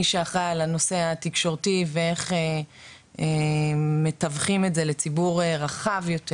מי שאחראי על הנושא התקשורתי ואיך מתווכים את זה לציבור רחב יותר,